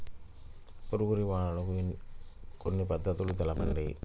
పురుగు నివారణకు కొన్ని పద్ధతులు తెలుపండి?